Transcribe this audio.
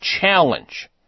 challenge